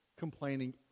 complaining